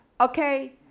okay